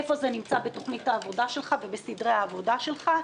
איפה זה נמצא בתוכנית העבודה שלך ובסדרי העבודה שלך.